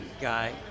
guy